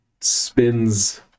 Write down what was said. spins